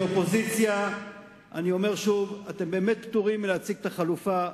כאופוזיציה אתם באמת פטורים מלהציג את החלופה.